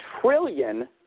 trillion